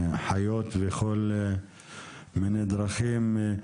חיות וכל מיני דרכים.